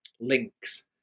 links